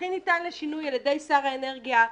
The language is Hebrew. הכי ניתן לשינוי על ידי שר האנרגיה.